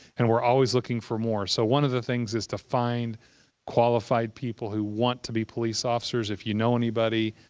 and we're always looking for more. so one of the things is to find qualified people who want to be police officers. if you know anybody,